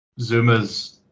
Zuma's